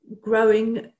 growing